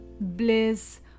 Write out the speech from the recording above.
bliss